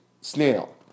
snail